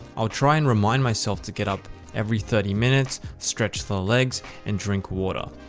i'll try and remind myself to get up every thirty minutes, stretch the legs and drink water.